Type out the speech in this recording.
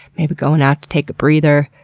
maybe going out to take a breather,